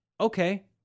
Okay